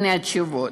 הנה התשובות: